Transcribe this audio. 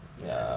reserve